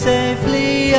Safely